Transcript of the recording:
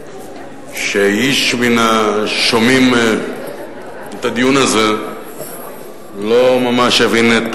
שאיש מן השומעים את הדיון הזה לא ממש הבין את